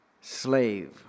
slave